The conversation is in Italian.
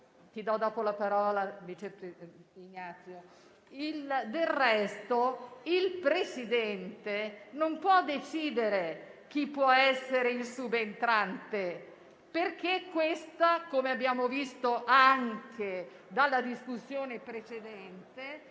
il Presidente non può decidere chi può essere il subentrante perché questo, come abbiamo visto anche dalla discussione precedente,